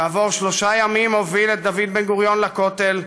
כעבור שלושה ימים הוביל את דוד בן-גוריון לכותל,